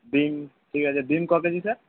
বিন ঠিক আছে বিন ক কেজি স্যার